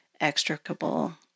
extricable